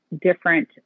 Different